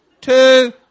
two